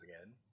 again